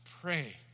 pray